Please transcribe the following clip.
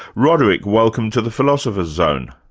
roderick, welcome to the philosopher's zone.